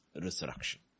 resurrection